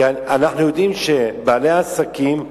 כי אנחנו יודעים שבעלי העסקים,